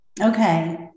Okay